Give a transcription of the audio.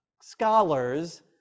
scholars